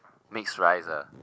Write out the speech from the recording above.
mixed rice ah